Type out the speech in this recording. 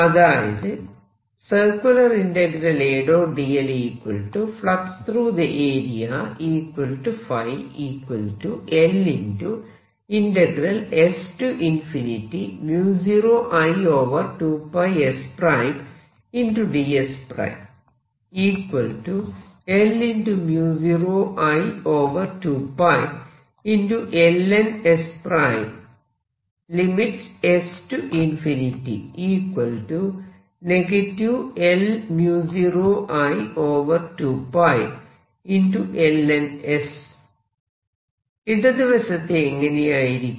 അതായത് ഇടതുവശത്ത് എങ്ങനെയായിരിക്കും